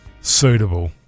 suitable